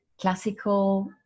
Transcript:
Classical